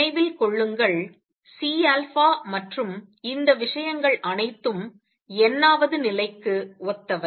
நினைவில் கொள்ளுங்கள் C மற்றும் இந்த விஷயங்கள் அனைத்தும் n வது நிலைக்கு ஒத்தவை